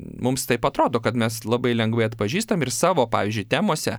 mums taip atrodo kad mes labai lengvai atpažįstam ir savo pavyzdžiui temose